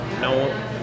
No